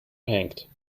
hanged